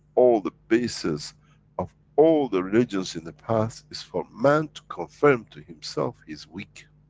all the basis of all the religions in the past, is for man to confirm to himself he's weak,